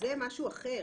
זה משהו אחר.